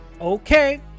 Okay